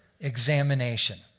examination